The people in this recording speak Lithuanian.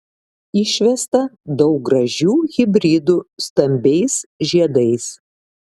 išvesta daug gražių hibridų stambiais žiedais